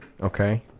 okay